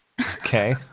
Okay